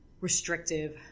restrictive